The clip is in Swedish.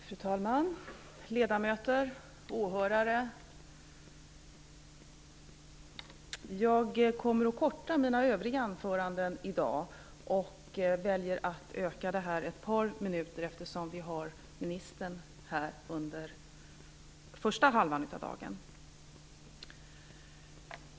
Fru talman! Ledamöter! Åhörare! Jag kommer att korta mina övriga anföranden i dag och väljer att utöka det här ett par minuter, eftersom vi har ministern här i kammaren under den första halvan av dagen.